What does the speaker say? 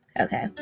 Okay